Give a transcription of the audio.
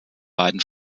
beiden